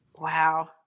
Wow